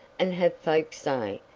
and have folks say,